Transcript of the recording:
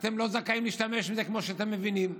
אתם לא זכאים להשתמש בזה כמו שאתם מבינים,